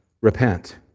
repent